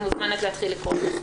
את מוזמנת להתחיל לקרוא את החוק.